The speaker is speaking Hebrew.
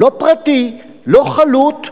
לא פרטי, לא חלוט,